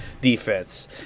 defense